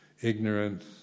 ignorance